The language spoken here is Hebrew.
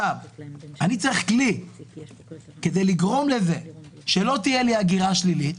אני צריך כלי כדי לגרום לזה שלא תהיה לי הגירה שלילית,